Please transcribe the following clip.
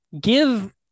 give